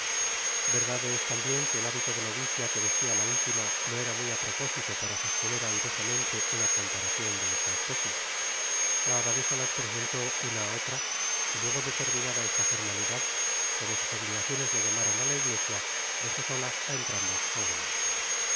es tambien que el hábito de novicia qne vestia la última no era muy á propósito para sostener airosamente una comparacion de esta especie la abadesa las presentó una á otra y luego de terminada esta formalidad como sus obligaciones la llamaran á la iglesia dejó solas á entrambas jóvenes